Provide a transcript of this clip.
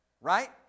Right